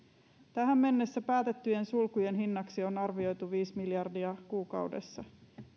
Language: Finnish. tähän mennessä päätettyjen sulkujen hinnaksi on arvioitu viisi miljardia kuukaudessa